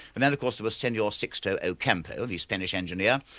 and then of course there was senor sixto campo, the spanish engineer,